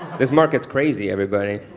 this market's crazy, everybody.